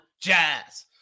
Jazz